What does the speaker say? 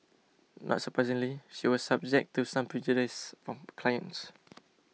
not surprisingly she was subject to some prejudice from clients